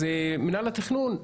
אז מינהל התכנון,